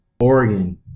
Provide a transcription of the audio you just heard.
Oregon